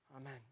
Amen